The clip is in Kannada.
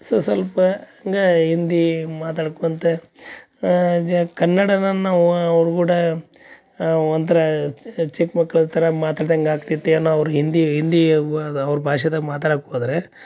ಸಸಲ್ಪ ಹಿಂಗ ಹಿಂದಿ ಮಾತಾಡ್ಕೊತ ಜ ಕನ್ನಡನ ನಾವು ಅವ್ರ ಕೂಡ ಒಂಥರ ಚಿಕ್ಕ ಮಕ್ಳ ಥರ ಮಾತಾಡಂಗೆ ಆಗ್ತಿತ್ತು ಏನೋ ಅವ್ರು ಹಿಂದಿ ಹಿಂದಿ ಅವ್ರ ಭಾಷೆದಾಗ ಮಾತಾಡಕ್ಕೆ ಹೋದ್ರೆ